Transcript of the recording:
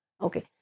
Okay